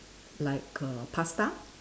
like err pasta